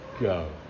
go